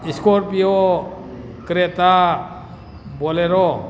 scorpio Creta bolero